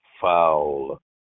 foul